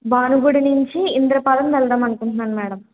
భానుగుడి నుంచి ఇంద్రపాలెం వెళ్దామనుకుంటున్నాను మేడం